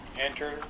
Enter